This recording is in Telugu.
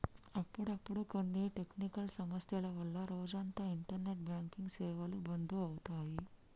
అప్పుడప్పుడు కొన్ని టెక్నికల్ సమస్యల వల్ల రోజంతా ఇంటర్నెట్ బ్యాంకింగ్ సేవలు బంధు అవుతాయి